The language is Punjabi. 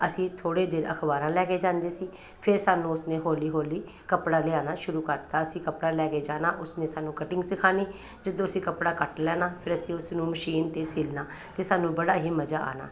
ਅਸੀਂ ਥੋੜ੍ਹੇ ਦਿਨ ਅਖ਼ਬਾਰਾਂ ਲੈ ਕੇ ਜਾਂਦੇ ਸੀ ਫਿਰ ਸਾਨੂੰ ਉਸ ਨੇ ਹੌਲੀ ਹੌਲੀ ਕੱਪੜਾ ਲਿਆਣਾ ਸ਼ੁਰੂ ਕਰ ਤਾ ਅਸੀਂ ਕੱਪੜਾ ਲੈ ਕੇ ਜਾਣਾ ਉਸ ਨੇ ਸਾਨੂੰ ਕਟਿੰਗ ਸਿਖਾਉਣੀ ਜਦੋਂ ਅਸੀਂ ਕੱਪੜਾ ਕੱਟ ਲੈਣਾ ਫਿਰ ਅਸੀਂ ਉਸ ਨੂੰ ਮਸ਼ੀਨ 'ਤੇ ਸਿਲਣਾ ਅਤੇ ਸਾਨੂੰ ਬੜਾ ਹੀ ਮਜਾਂ ਆਉਣਾ